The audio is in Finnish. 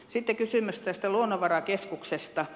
sitten kysymys luonnonvarakeskuksesta